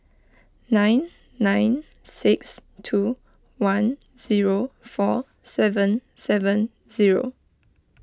nine nine six two one zero four seven seven zero